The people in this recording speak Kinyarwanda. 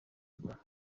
rwanda